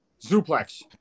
Zuplex